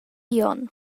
glion